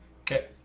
Okay